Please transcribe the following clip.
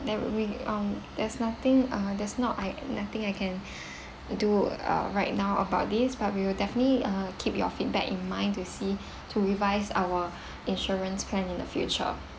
there will be um there's nothing uh there's not I nothing I can do uh right now about this but we will definitely uh keep your feedback in mind to see to revise our insurance plan in the future